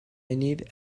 need